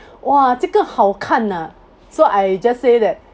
哇这个好看啊 so I just say that